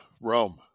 Rome